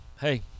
hey